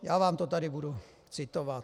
Já vám to tady budu citovat.